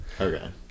Okay